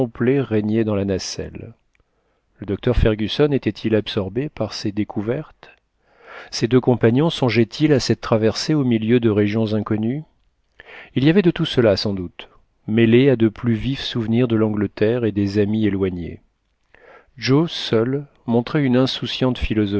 régnait dans la nacelle le docteur fergusson était-il absorbé par ses découvertes ses deux compagnons songeaient ils à cette traversée au milieu de régions inconnues il y avait de tout cela sans doute mêlé à de plus vifs souvenirs de l'angleterre et des amis éloignés joe seul montrait une insouciante